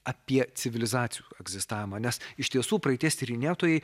apie civilizacijų egzistavimą nes iš tiesų praeities tyrinėtojai